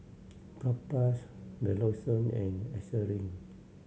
Propass Redoxon and Eucerin